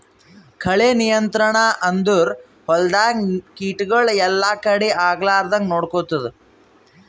ಕಳೆ ನಿಯಂತ್ರಣ ಅಂದುರ್ ಹೊಲ್ದಾಗ ಕೀಟಗೊಳ್ ಎಲ್ಲಾ ಕಡಿ ಆಗ್ಲಾರ್ದಂಗ್ ನೊಡ್ಕೊತ್ತುದ್